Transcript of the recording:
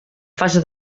fase